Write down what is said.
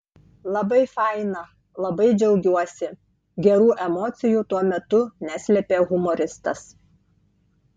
labai faina labai džiaugiuosi gerų emocijų tuo metu neslėpė humoristas